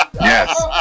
Yes